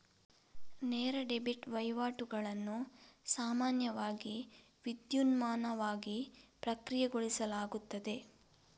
ನೇರ ಡೆಬಿಟ್ ವಹಿವಾಟುಗಳನ್ನು ಸಾಮಾನ್ಯವಾಗಿ ವಿದ್ಯುನ್ಮಾನವಾಗಿ ಪ್ರಕ್ರಿಯೆಗೊಳಿಸಲಾಗುತ್ತದೆ